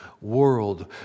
world